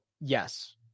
yes